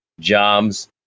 jobs